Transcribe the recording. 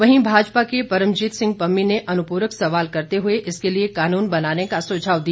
वहीं भाजपा के परमजीत सिंह पम्मी ने अनुप्रक सवाल करते हुए इसके लिए कानून बनाने का सुझाव दिया